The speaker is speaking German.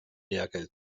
lehrgeld